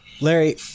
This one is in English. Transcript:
Larry